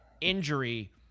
injury